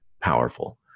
powerful